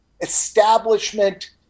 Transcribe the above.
establishment